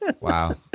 wow